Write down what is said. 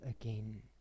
again